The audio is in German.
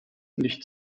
nicht